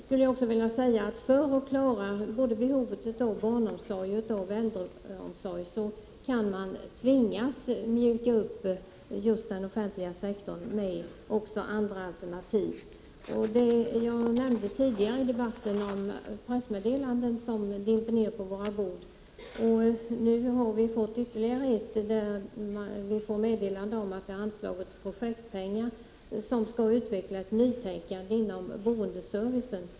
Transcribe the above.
För att klara behovet av både barnomsorgen och äldreomsorgen kan man tvingas mjuka upp just den offentliga sektorn med andra alternativ. Jag nämnde tidigare de pressmeddelanden som dimper ner på våra bord. Nu har vi fått ytterligare ett sådant med ett meddelande om att det har anslagits projektpengar för att utveckla ett nytänkande inom boendeservicen.